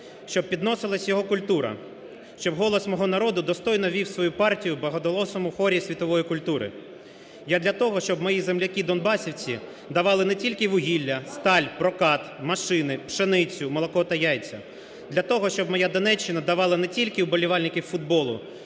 щоб підносилась його культура, щоб голос мого народу достойно вів свою партію в багатоголосому хорі світової культури. Я – для того, щоб мої земляки-донбасівці давали не тільки вугілля, сталь, прокат, машини, пшеницю, молоко та яйця. Для того, щоб моя Донеччина давала не тільки уболівальників футболу,